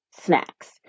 snacks